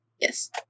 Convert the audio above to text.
Yes